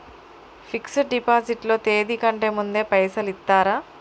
Fix డ్ deposit లో తేది కంటే ముందే పైసలు ఇత్తరా?